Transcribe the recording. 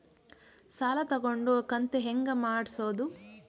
ಸಾಲ ತಗೊಂಡು ಕಂತ ಹೆಂಗ್ ಮಾಡ್ಸೋದು?